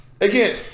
again